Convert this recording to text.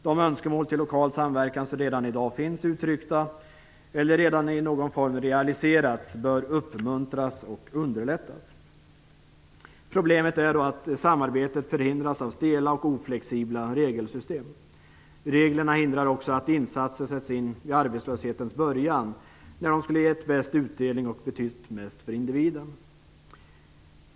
De önskemål till lokal samverkan som redan i dag finns uttryckta eller i någon form realiserats bör uppmuntras och underlättas. Problemet är då att samarbetet förhindras av stela och oflexibla regelsystem. Reglerna hindrar också att insatser sätts in vid arbetslöshetens början då de skulle ge mest utdelning och betyda mest för individen.